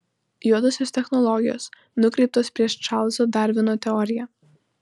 juodosios technologijos nukreiptos prieš čarlzo darvino teoriją